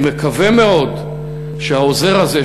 אני מקווה מאוד שהעוזר הזה,